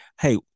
Hey